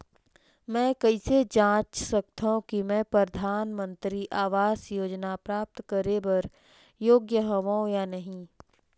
मैं कइसे जांच सकथव कि मैं परधानमंतरी आवास योजना प्राप्त करे बर योग्य हववं या नहीं?